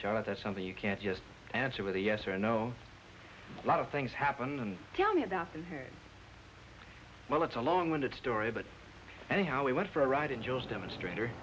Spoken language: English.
charlotte that's something you can't just answer with a yes or no a lot of things happened and tell me about well it's a long winded story but anyhow we went for a ride and just demonstrator